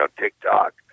TikTok